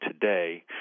today